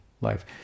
life